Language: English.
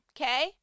okay